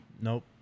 Nope